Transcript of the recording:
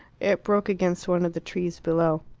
it broke against one of the trees below.